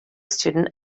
student